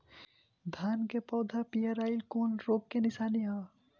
धान के पौधा पियराईल कौन रोग के निशानि ह?